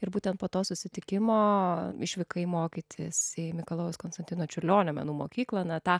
ir būtent po to susitikimo išvykai mokytis į mikalojaus konstantino čiurlionio menų mokyklą na tą